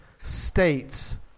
states